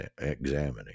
examining